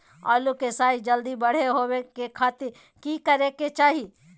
आलू के साइज जल्दी बड़ा होबे के खातिर की करे के चाही?